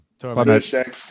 Bye